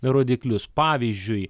rodiklius pavyzdžiui